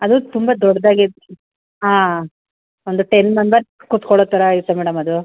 ಅದು ತುಂಬ ದೊಡ್ದಾಗಿದೆ ಹಾಂ ಒಂದು ಟೆನ್ ಮೆಂಬರ್ಸ್ ಕುತ್ಕೊಳ್ಳೋ ಥರ ಐತೆ ಮೇಡಮ್ ಅದು